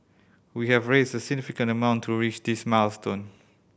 we have raised a significant amount to reach this milestone